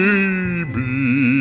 Baby